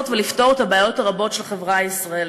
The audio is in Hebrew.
ולפתור את הבעיות הרבות של החברה הישראלית.